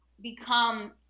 become